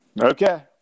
Okay